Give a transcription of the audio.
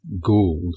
Gould